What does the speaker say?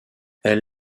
elle